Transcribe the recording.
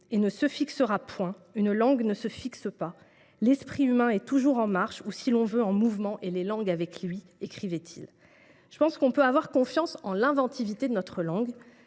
et ne se fixera point. Une langue ne se fixe pas. L’esprit humain est toujours en marche, ou, si l’on veut, en mouvement, et les langues avec lui. » Je pense que l’on peut avoir confiance en l’inventivité de notre langue,